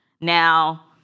Now